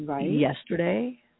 yesterday